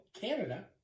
Canada